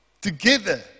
together